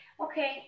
okay